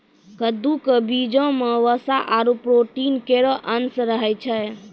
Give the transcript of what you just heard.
कद्दू क बीजो म वसा आरु प्रोटीन केरो अंश रहै छै